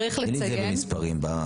צריך לציין --- תני לי את זה במספרים בעולם,